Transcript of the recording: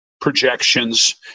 projections